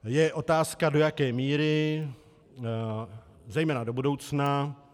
Je otázka, do jaké míry zejména do budoucna.